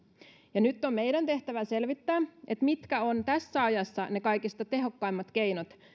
ja nyt on meidän tehtävämme selvittää mitkä ovat tässä ajassa ne kaikista tehokkaimmat keinot